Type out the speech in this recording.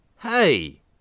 Hey